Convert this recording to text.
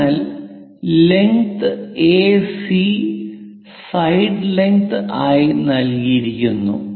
അതിനാൽ length AC side length ആയി നൽകിയിരിക്കുന്നു